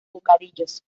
bocadillos